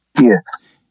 Yes